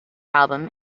album